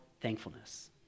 thankfulness